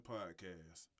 Podcast